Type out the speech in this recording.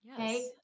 Okay